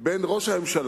גדול המרחק בין ראש הממשלה